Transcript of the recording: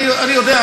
אני יודע,